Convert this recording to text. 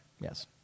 Yes